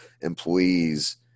employees